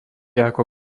ako